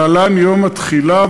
להלן: יום התחילה,